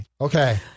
Okay